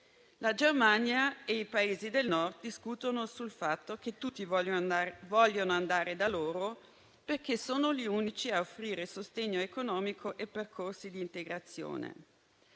La Germania e i Paesi del Nord discutono sul fatto che tutti vogliono andare da loro perché sono gli unici a offrire sostegno economico e percorsi di integrazione.